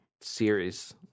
series